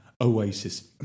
Oasis